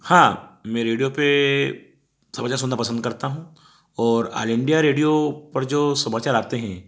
हाँ मैं रेडियो पर समाचार सुनना पसंद करता हूँ और आल इंडिया रेडियो पर जो समाचार आते हैं